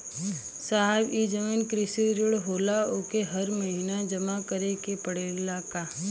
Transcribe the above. साहब ई जवन कृषि ऋण होला ओके हर महिना जमा करे के पणेला का?